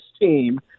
team